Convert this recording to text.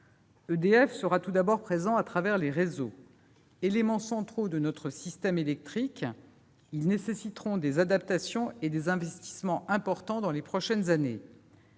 EDF sera tout d'abord présente à travers les réseaux. Ces éléments centraux de notre système électrique nécessiteront des adaptations et des investissements importants dans les prochaines années,